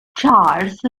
charles